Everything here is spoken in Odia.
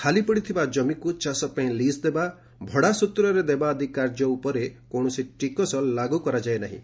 ଖାଲି ପଡିଥିବା ଜମିକୁ ଚାଷ ପାଇଁ ଲିଜ୍ ଦେବା ଭଡା ସୂତ୍ରରେ ଦେବା ଆଦି କାର୍ଯ୍ୟ ଉପରେ କୌଣସି ଟିକସ୍ ଲାଗୁ କରାଯାଇନାହିଁ